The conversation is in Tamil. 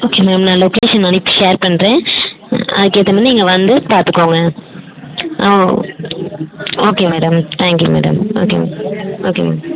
ஓகே மேம் நான் லொகேஷன் அனுப்பி ஷேர் பண்ணுறேன் அதுக்கேற்ற மாரி நீங்கள் வந்து பார்த்துக்கோங்க okay madam thank you madam okay madam okay madam